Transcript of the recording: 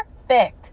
perfect